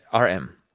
rm